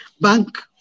bank